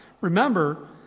Remember